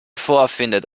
vorfindet